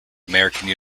american